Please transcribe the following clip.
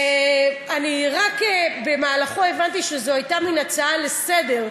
אני רק במהלכו הבנתי שזו הייתה מין הצעה לסדר-היום.